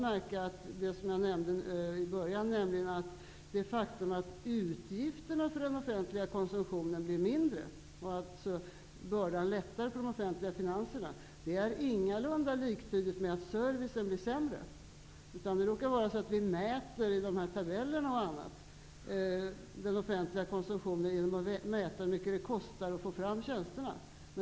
Märk väl att det faktum att utgifterna för den offentliga konsumtionen blir mindre och att bördan lättar för de offentliga finanserna är ingalunda liktydigt med att servicen blir sämre. Vi mäter i tabeller osv. över den offentliga konsumtionen hur mycket det kostar att få fram tjänsterna.